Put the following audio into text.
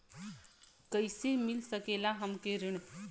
कइसे मिल सकेला हमके ऋण?